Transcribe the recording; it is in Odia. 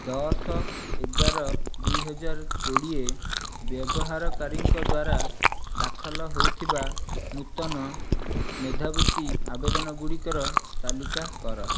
ଦଶ ଏଗାର ଦୁଇହଜାର କୋଡ଼ିଏ ବ୍ୟବହାରକାରୀଙ୍କ ଦ୍ୱାରା ଦାଖଲ ହୋଇଥିବା ନୂତନ ମେଧାବୃତ୍ତି ଆବେଦନ ଗୁଡ଼ିକର ତାଲିକା କର